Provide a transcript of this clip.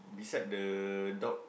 beside the dog